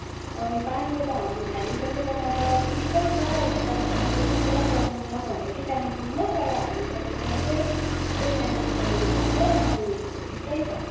पानीको त हाम् हामी बसेकोमा त सुबिस्तै छ तर पानीको चाहिँ पुरा प्रोब्लम छ भन्छ कि कालिम्पोङमा तर हामी बसेकोमा चाहिँ सबै म्यानेज गरिदिनु भएको छ अनि सुबिस्तै छ